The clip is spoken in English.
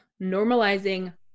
normalizing